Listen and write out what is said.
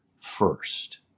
first